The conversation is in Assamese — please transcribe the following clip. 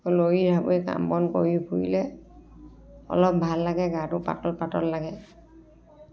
লৰি ঢাপৰি কাম বন কৰি ফুৰিলে অলপ ভাল লাগে গাটো পাতল পাতল লাগে